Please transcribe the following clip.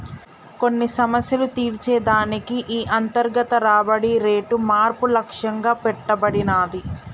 కొన్ని సమస్యలు తీర్చే దానికి ఈ అంతర్గత రాబడి రేటు మార్పు లక్ష్యంగా పెట్టబడినాది